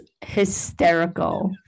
hysterical